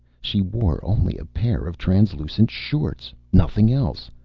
she wore only a pair of translucent shorts. nothing else.